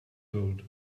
gold